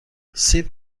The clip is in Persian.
سیب